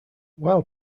while